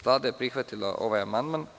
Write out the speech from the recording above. Vlada je prihvatila amandman.